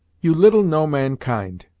you little know mankind!